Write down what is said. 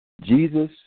Jesus